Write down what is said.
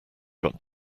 got